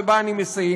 ובה אני מסיים.